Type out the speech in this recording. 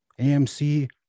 AMC